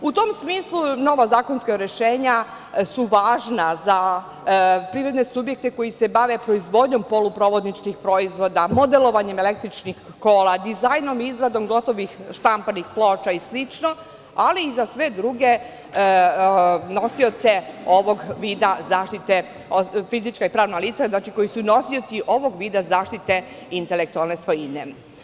U tom smislu, nova zakonska rešenja su važna za privredne subjekte koji se bave proizvodnjom poluprovodničkih proizvoda, modelovanjem električnih kola, dizajnom i izradom gotovih štampanih ploča i slično, ali i sve druge nosioce ovog vida zaštite, fizička i pravna lica koji su nosioci ovog vida zaštite intelektualne svojine.